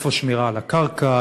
איפה שמירה על הקרקע?